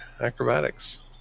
acrobatics